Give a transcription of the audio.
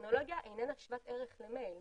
הטכנולוגיה אינה שוות ערך למייל.